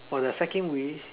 for the second wish